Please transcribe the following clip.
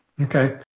okay